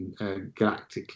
galactically